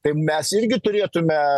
tai mes irgi turėtume